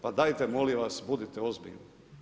Pa dajte molim vas budite ozbiljni.